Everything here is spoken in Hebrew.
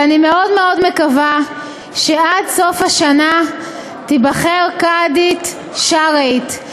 ואני מאוד מאוד מקווה שעד סוף השנה תיבחר קאדית שרעית.